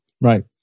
Right